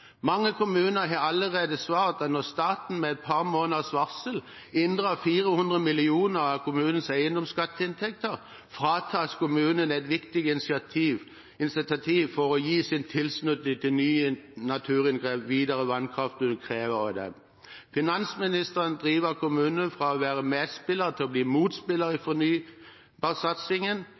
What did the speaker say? Mange kommuner har allerede svart at når staten med et par måneders varsel inndrar 400 mill. kr av kommunenes eiendomsskatteinntekter, fratas kommunene et viktig incentiv for å gi sin tilslutning til nye naturinngrep som videre vannkraftutbygging krever av dem. Finansministeren driver kommunene fra å være medspillere til å bli motspillere i fornybarsatsingen.